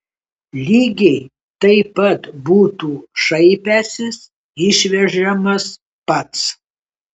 lygiai taip pat būtų šaipęsis išvežamas pats